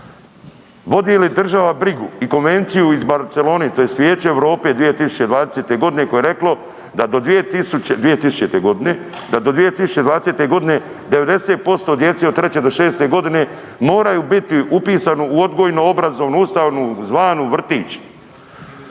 Vodi li država brigu i konvenciju iz Barcelone tj. Vijeće Europe 2020. g., koje je reklo da do 2000, 2000. g. da do 2020. g. 90% djece od 3 do 6 godine moraju biti upisana u odgojno-obrazovnu ustanovu zvanu vrtić.